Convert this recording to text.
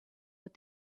what